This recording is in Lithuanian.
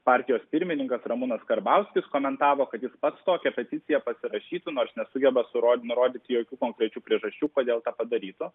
partijos pirmininkas ramūnas karbauskis komentavo kad jis pats tokią peticiją pasirašytų nors nesugeba suro nurodyti jokių konkrečių priežasčių kodėl tą padarytų